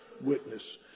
witness